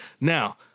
Now